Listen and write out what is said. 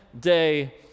day